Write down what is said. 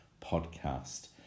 podcast